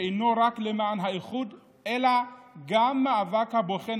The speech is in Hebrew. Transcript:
שאינו רק למען האיחוד אלא גם מאבק הבוחן